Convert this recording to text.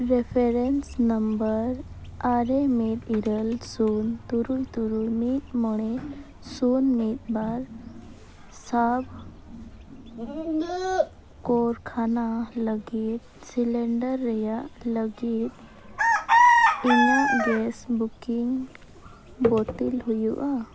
reference number ᱟᱨᱮ ᱢᱤᱫ ᱤᱨᱟᱹᱞ ᱥᱩᱱ ᱛᱩᱨᱩᱭ ᱛᱩᱨᱩᱭ ᱢᱤᱫ ᱢᱚᱬᱮ ᱥᱩᱱ ᱢᱤᱫ ᱵᱟᱨ ᱥᱟᱶ ᱠᱟᱨᱠᱷᱟᱱᱟ ᱞᱟᱹᱜᱤᱫ ᱥᱤᱞᱤᱱᱰᱟᱨ ᱨᱮᱱᱟᱜ ᱞᱟᱹᱜᱤᱫ ᱤᱧᱟᱹᱜ ᱜᱮᱥ ᱵᱩᱠᱤᱝ ᱵᱟᱹᱛᱤᱞ ᱦᱩᱭᱩᱜᱼᱟ